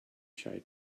shy